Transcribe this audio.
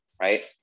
Right